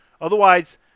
otherwise